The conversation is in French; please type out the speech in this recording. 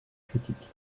critique